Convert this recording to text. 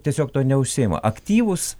tiesiog tuo neužsiima aktyvūs